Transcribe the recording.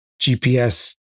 GPS